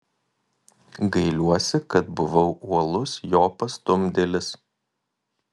gailiuosi kad buvau uolus jo pastumdėlis